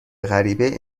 غریبهای